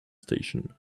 station